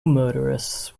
motorists